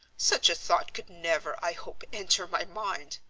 such a thought could never, i hope, enter my mind.